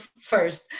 first